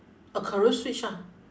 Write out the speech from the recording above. a career switch ah